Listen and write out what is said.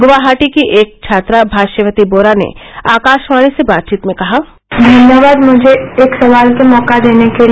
गुवाहाटी की एक छात्रा भाष्यवती बोरा ने आकाशवाणी से बातचीत में कहा धन्यवाद मुझे एक सवाल का मौका देने के लिए